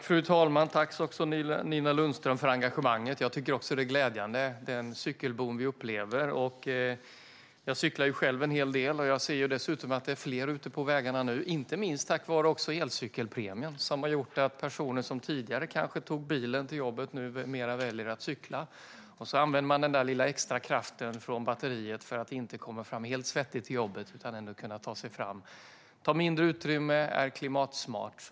Fru talman! Tack, Nina Lundström, för engagemanget! Jag tycker också att den cykelboom vi upplever är glädjande. Jag cyklar själv en hel del. Jag ser dessutom att det är fler ute på vägarna nu. Det gäller inte minst tack vare elcykelpremien. Den har gjort att personer som kanske tidigare tog bilen till jobbet numera väljer att cykla. De använder den lilla extra kraften från batteriet för att inte komma fram helt svettig till jobbet och ändå kunna ta sig fram. Det tar mindre utrymme och är klimatsmart.